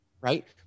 right